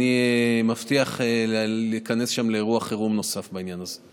אני מבטיח לכנס שם אירוע חירום נוסף בעניין הזה.